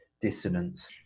dissonance